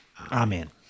Amen